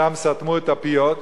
שם סתמו את הפיות,